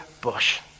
bush